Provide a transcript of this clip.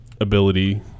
ability